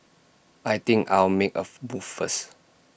I think I'll make A first